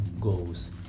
goals